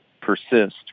persist